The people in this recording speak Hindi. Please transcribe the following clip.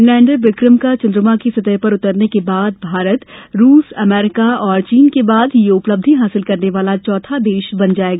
लैंडर विक्रम का चन्द्रमा की सतह पर उतरने के बाद भारत रूस अमरीका और चीन के बाद ये उपलब्धि हासिल करने वाला चौथा देश बन जायेगा